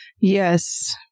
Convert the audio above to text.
Yes